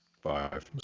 Five